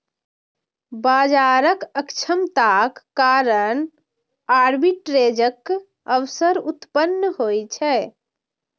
बाजारक अक्षमताक कारण आर्बिट्रेजक अवसर उत्पन्न होइ छै